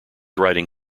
writing